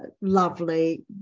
lovely